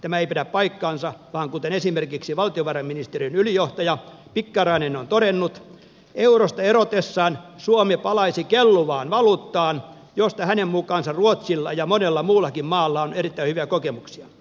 tämä ei pidä paikkaansa vaan kuten esimerkiksi valtiovarainministeriön ylijohtaja pikkarainen on todennut eurosta erotessaan suomi palaisi kelluvaan valuuttaan josta hänen mukaansa ruotsilla ja monella muullakin maalla on erittäin hyviä kokemuksia